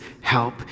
help